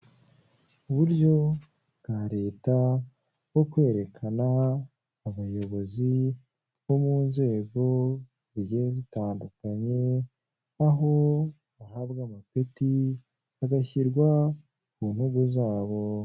Uburyo bwa leta bwo kwerekana abayobozi bo mu nzego zigiye zitandukanye, aho bahabwa amapeti agashyirwa ku ntungu zabo.